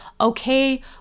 okay